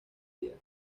día